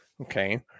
Okay